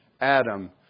Adam